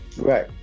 Right